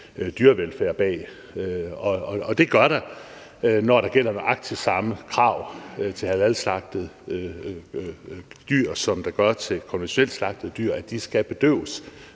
dyrevelfærd bag. Og det gør der, når der gælder nøjagtig de samme krav til halalslagtede dyr, som der gør til konventionelt slagtede dyr, om, at de skal bedøves